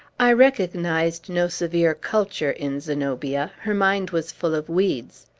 i recognized no severe culture in zenobia her mind was full of weeds.